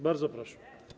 Bardzo proszę.